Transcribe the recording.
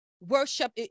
Worship